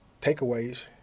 takeaways